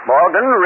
Morgan